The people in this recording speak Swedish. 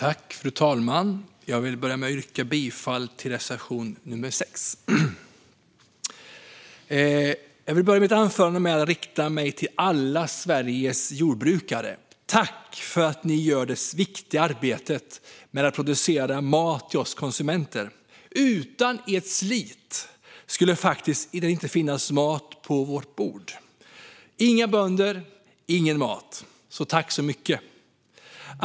Fru talman! Jag vill börja med att yrka bifall till reservation 6. Jag vill börja mitt anförande med att rikta mig till alla Sveriges jordbrukare. Tack för att ni gör det viktiga arbetet med att producera mat till oss konsumenter! Utan ert slit skulle det inte finnas mat på vårt bord. Utan bönder, ingen mat. Tack så mycket!